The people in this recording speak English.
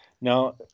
Now